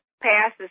passes